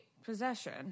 possession